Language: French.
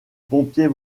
pompiers